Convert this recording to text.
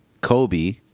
Kobe